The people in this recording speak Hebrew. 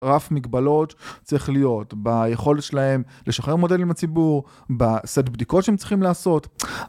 רף מגבלות צריך להיות ביכולת שלהם לשחרר מודל עם הציבור בסט בדיקות שהם צריכים לעשות